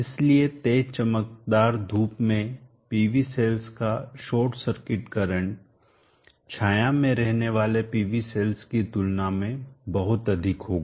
इसलिए तेज चमकदार धूप में PV सेल्स का शॉर्ट सर्किट करंट छाया में रहने वाली PV सेल्स की तुलना में बहुत अधिक होगा